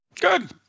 Good